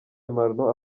marnaud